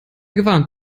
gewarnt